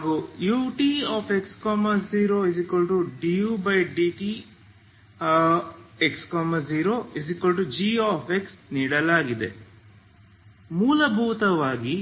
ಹಾಗಾಗಿ ನೀವು ಈ ಸ್ಟ್ರಿಂಗ್ನ ವೇಗವನ್ನು t0 utx0 dudt|x0g ನೀಡಲಾಗಿದೆ ಮೂಲಭೂತವಾಗಿ